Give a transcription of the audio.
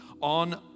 on